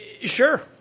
Sure